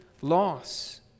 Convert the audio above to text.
loss